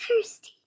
thirsty